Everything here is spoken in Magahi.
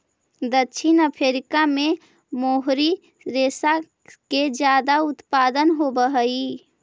दक्षिण अफ्रीका में मोहरी रेशा के ज्यादा उत्पादन होवऽ हई